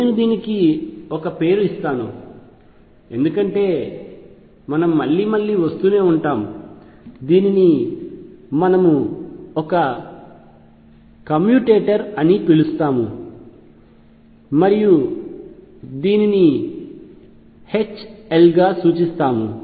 నేను దీనికి ఒక పేరు ఇస్తాను ఎందుకంటే మనం మళ్లీ మళ్లీ వస్తూనే ఉంటాం దీనిని మనము ఒక కమ్యుటేటర్ అని పిలుస్తాము మరియు దీనిని ఈ H L గా సూచిస్తాము